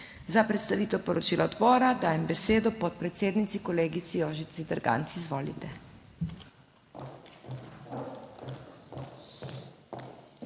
Za predstavitev poročila odbora dajem besedo podpredsednici kolegici Jožici Derganc. Izvolite.